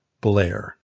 Blair